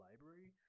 library